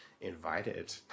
invited